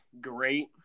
great